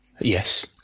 Yes